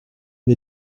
wir